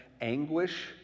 anguish